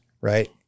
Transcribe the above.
right